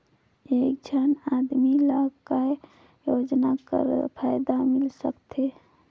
एक झन आदमी ला काय योजना कर फायदा मिल सकथे?